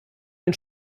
den